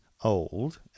old